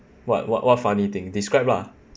what what what funny thing describe lah